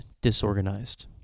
disorganized